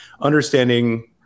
understanding